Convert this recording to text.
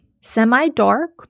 semi-dark